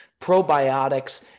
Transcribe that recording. probiotics